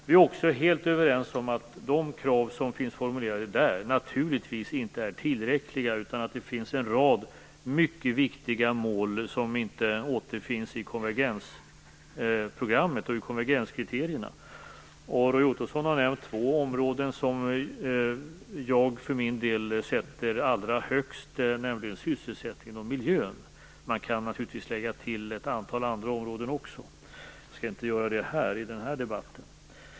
Vi är också helt överens om att de krav som finns formulerade där naturligtvis inte är tillräckliga utan att det finns en rad mycket viktiga mål som inte återfinns i konvergensprogrammet och i konvergenskriterierna. Roy Ottosson har nämnt två områden som jag för min del sätter allra högst, nämligen sysselsättningen och miljön. Man kan naturligtvis lägga till ett antal andra områden också. Jag skall inte göra det här i den här debatten.